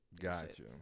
Gotcha